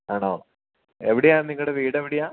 ആണോ എവിടെയാണ് നിങ്ങളുടെ വീട് എവിടെയാണ്